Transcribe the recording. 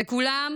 וכולם